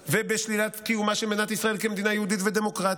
ובשלילת קיומה של מדינת ישראל כמדינה יהודית ודמוקרטית,